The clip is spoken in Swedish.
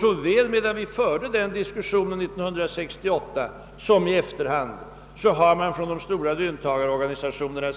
Såväl medan vi förde denna diskussion 1968 som i efterhand har man från stora löntagarorganisationer